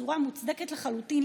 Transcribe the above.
בצורה מוצדקת לחלוטין,